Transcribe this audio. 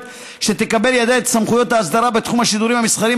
שתקבל לידיה את סמכויות האסדרה בתחום השידורים המסחריים,